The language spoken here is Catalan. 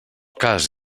cas